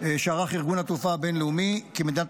שערך ארגון התעופה הבין-לאומי כי מדינת